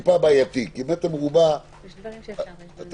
מעדיף כלפי מעלה, כי אף פעם זה לא בדיוק.